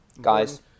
guys